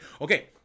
Okay